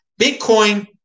Bitcoin